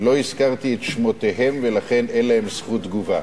לא הזכרתי את שמותיהם ולכן אין להם זכות תגובה.